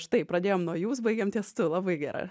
štai pradėjom nuo jūs baigėm ties tu labai gerai